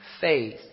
faith